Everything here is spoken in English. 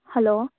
hello